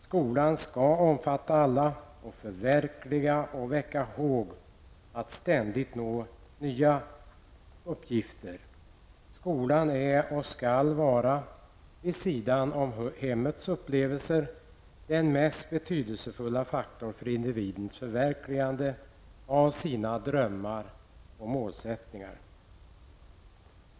Skolan skall omfatta alla, förverkliga och väcka håg att ständigt nå nya uppgifter. Skolan är och skall vara -- vid sidan om hemmets upplevelser -- den mest betydelsefulla faktorn för individens förverkligande av sina drömmar och målsättningar.